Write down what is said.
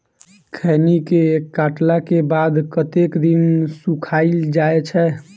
खैनी केँ काटला केँ बाद कतेक दिन सुखाइल जाय छैय?